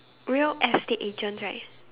real estate agents right